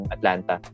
Atlanta